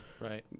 Right